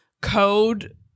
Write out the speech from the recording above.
code